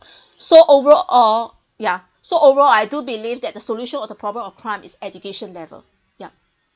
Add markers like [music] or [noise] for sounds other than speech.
[breath] so overall yeah so overall I do believe that the solution of the problem of crime is education level yeah